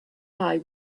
eye